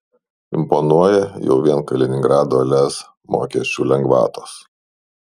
imponuoja jau vien kaliningrado lez mokesčių lengvatos